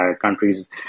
countries